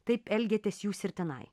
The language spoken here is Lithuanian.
taip elgiatės jūs ir tenai